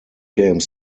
game